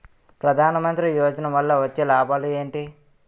ప్రధాన మంత్రి యోజన వల్ల వచ్చే లాభాలు ఎంటి?